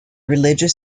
religious